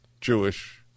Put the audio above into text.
Jewish